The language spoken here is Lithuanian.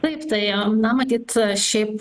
taip tai na matyt šiaip